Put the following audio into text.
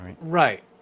right